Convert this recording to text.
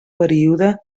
període